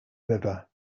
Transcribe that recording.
river